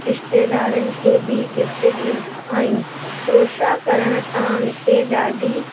रिश्तेदारनि खे बि गिफ्ट ॾींदा आहियूं क्रोशा करण सां मूंखे ॾाढी